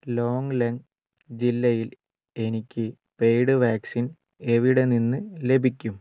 ലോങ്ലെങ് ജില്ലയിൽ എനിക്ക് paid vaccine എവിടെനിന്ന് ലഭിക്കും